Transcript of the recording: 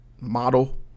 model